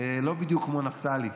לא בדיוק כמו נפתלי.